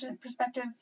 perspective